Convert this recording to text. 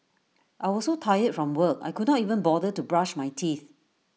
I was so tired from work I could not even bother to brush my teeth